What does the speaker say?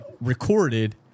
recorded